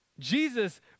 Jesus